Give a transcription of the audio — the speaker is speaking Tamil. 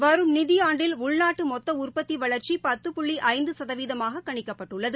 வரும் நிதியாண்டில் உள்நாட்டு மொத்த உற்பத்தி வளர்ச்சி பத்து புள்ளி ஐந்து சதவீதமாக கணிக்கப்பட்டுள்ளது